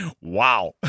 Wow